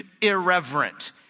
irreverent